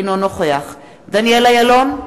אינו נוכח דניאל אילון,